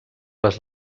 les